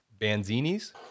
Banzini's